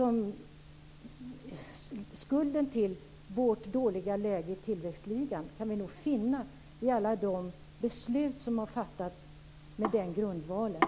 Skulden till vårt dåliga läge i tillväxtligan kan vi nog finna i alla de beslut som har fattats på den grundvalen.